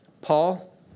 Paul